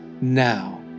now